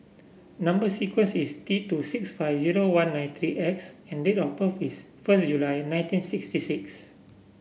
number sequence is T two six five zero one nine three X and date of birth is first July nineteen sixty six